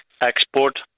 export